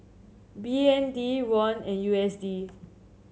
B N D Won and U S D